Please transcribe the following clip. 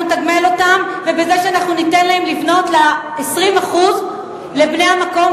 נתגמל אותם ובזה שאנחנו שניתן להם לבנות 20% לבני המקום,